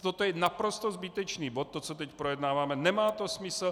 Toto je naprosto zbytečný bod, to, co teď projednáváme, nemá to smysl.